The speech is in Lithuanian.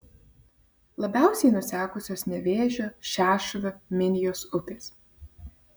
labiausiai nusekusios nevėžio šešuvio minijos upės